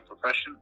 profession